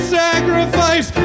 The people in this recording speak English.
sacrifice